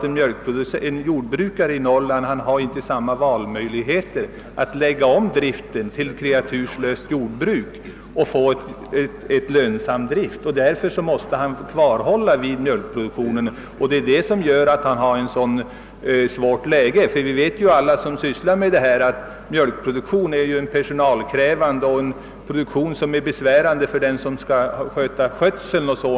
En jordbrukare i Norrland har inte samma möjligheter att lägga om till kreaturslöst jordbruk för att få en lönsam drift. Därför måste han hålla fast vid mjölkproduktionen, och det är det som gör att han har ett så svårt läge. Vi som sysslar med detta vet alla att mjölkproduktionen är personalkrävande och besvärande för den som skall ha hand om djurskötseln.